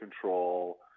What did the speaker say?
control